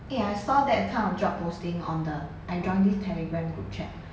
eh I saw that kind of job posting on the I joined this telegram group chat